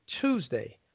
Tuesday